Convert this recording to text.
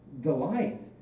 delight